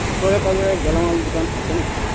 ওচৰে পাঁজৰে গেলামাল দোকান আছে নেকি